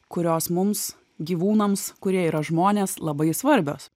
kurios mums gyvūnams kurie yra žmonės labai svarbios